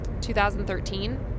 2013